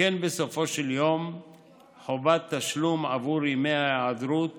שכן בסופו של יום חובת התשלום עבור ימי ההיעדרות